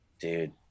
Dude